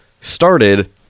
started